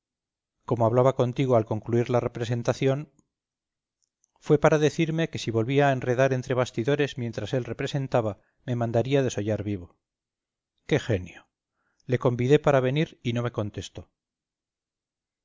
como hablaba contigo al concluir la representación fue para decirme que si volvía a enredar entre bastidores mientras él representaba me mandaría desollar vivo qué genio le convidé para venir y no me contestó